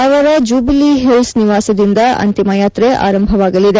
ಅವರ ಜೂಬಿಲಿ ಹಿಲ್ಸ್ ನಿವಾಸದಿಂದ ಅಂತಿಮ ಯಾತ್ರೆ ಆರಂಭವಾಗಲಿದೆ